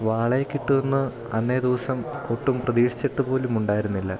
വാളയെ കിട്ടുമെന്ന് അന്നേ ദിവസം ഒട്ടും പ്രതീക്ഷിച്ചിട്ട് പോലുമുണ്ടായിരുന്നില്ല